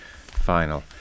final